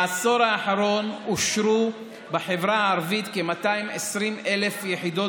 בעשור האחרון אושרו בחברה הערבית כ-220,000 יחידות